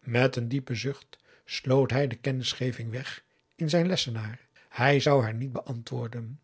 met een diepen zucht sloot hij de kennisgeving weg in zijn lessenaar hij zou haar niet beantwoorden